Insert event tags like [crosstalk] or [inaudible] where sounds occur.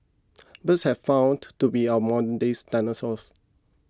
birds have found [noise] to be our modern days dinosaurs